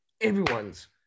Everyone's